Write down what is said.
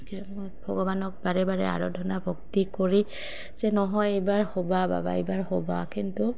এতিয়া মই ভগৱানক বাৰে বাৰে আৰাধনা ভক্তি কৰি যে নহয় এইবাৰ হ'বা বাবা এইবাৰ হ'বা কিন্তু